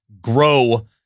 grow